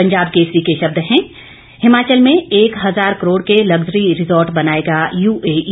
पंजाब केसरी के शब्द हैं हिमाचल में एक हजार करोड़ के लग्जरी रिजॉर्ट बनाएगा यूएई